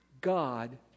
God